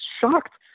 shocked